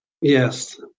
Yes